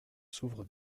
s’ouvre